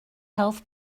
health